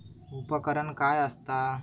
उपकरण काय असता?